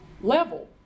level